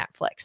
Netflix